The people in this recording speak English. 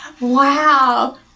Wow